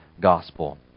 gospel